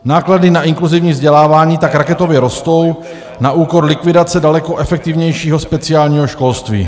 Náklady na inkluzivní vzdělávání tak raketově rostou na úkor likvidace daleko efektivnějšího speciálního školství.